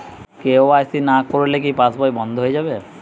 KYC না করলে কি পাশবই বন্ধ হয়ে যাবে?